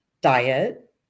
diet